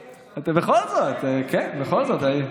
אני מחייך כשאתה אומר שהיינו